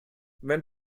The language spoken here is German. wenn